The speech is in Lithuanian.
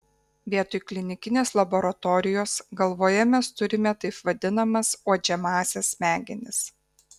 vietoj klinikinės laboratorijos galvoje mes turime taip vadinamas uodžiamąsias smegenis